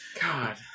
God